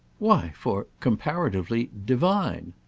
why for comparatively divine!